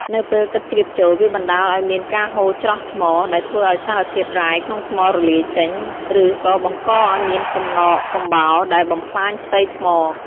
នៅពេលទឹកជ្រាបចូល វាបណ្ដាលឱ្យមានការហូរច្រោះថ្ម ដែលធ្វើឱ្យសារធាតុរ៉ែក្នុងថ្មរលាយចេញ ឬក៏បង្កឱ្យមានកំណកកំបោរដែលបំផ្លាញផ្ទៃថ្ម។